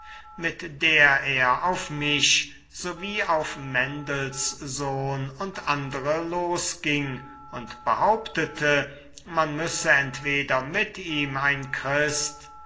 mit der er auf mich sowie auf mendelssohn und andere losging und behauptete man müsse entweder mit ihm ein christ